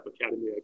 academy